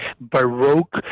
baroque